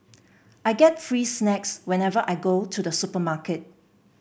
I get free snacks whenever I go to the supermarket